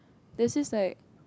this is like